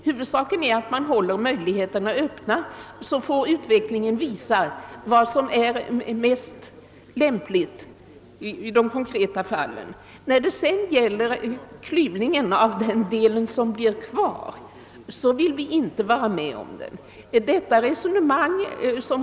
Huvudsaken är att möjligheterna hålls öppna; utvecklingen får sedan visa vad som är mest lämpligt i de konkreta fallen. Vi vill emellertid inte vara med om någon klyvning av den del av utbildningen som blir kvar.